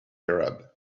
arab